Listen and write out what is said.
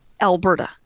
Alberta